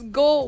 go